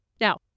Now